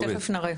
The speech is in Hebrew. תיכף נראה.